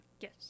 Yes